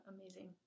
amazing